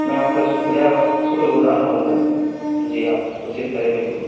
میں آپ کا شکریہ شکر گزار رہوں گا جی آپ کوشش کریں بالکل